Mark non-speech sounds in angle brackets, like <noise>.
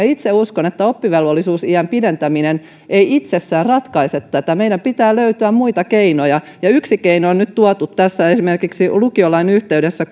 <unintelligible> itse uskon että oppivelvollisuusiän pidentäminen ei itsessään ratkaise tätä meidän pitää löytää muita keinoja ja yksi keino on nyt tuotu esimerkiksi tässä lukiolain yhteydessä <unintelligible>